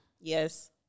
Yes